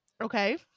Okay